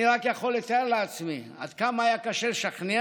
אני רק יכול לתאר לעצמי עד כמה קשה היה לשכנע